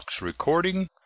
recording